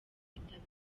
kwitaba